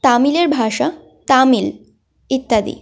তামিলের ভাষা তামিল ইত্যাদি